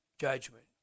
judgment